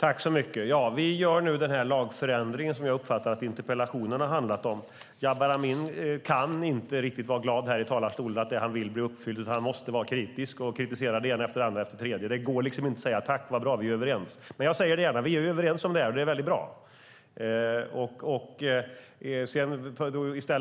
Fru talman! Vi gör nu den lagförändring som jag uppfattar att interpellationen handlade om. Jabar Amin kan visst inte riktigt vara glad över att det han vill blir uppfyllt, utan han måste vara kritisk och kritiserar det ena efter det andra. Det går tydligen inte att säga: Tack, vad bra! Vi är överens. Men jag säger det gärna. Vi är överens om det här, och det är bra.